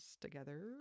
together